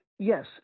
Yes